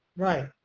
right?